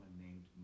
named